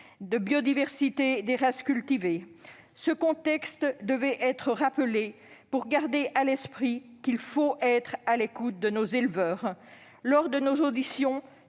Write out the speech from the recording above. de biodiversité des races cultivées ... Ce contexte devait être rappelé pour garder à l'esprit qu'il faut être à l'écoute de nos éleveurs. Lors de nos auditions,